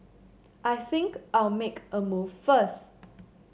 I think I'll make a move first